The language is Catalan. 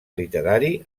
literari